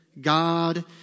God